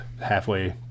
halfway